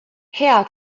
hea